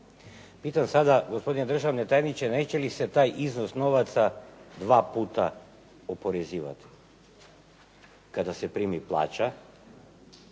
Pitam sada gospodine državni tajniče neće li se taj iznos novaca dva puta oporezivati kada se primi plaća